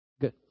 good